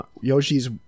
yoshi's